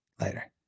Later